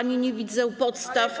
Nie widzę podstaw.